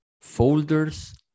folders